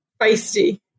feisty